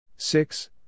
Six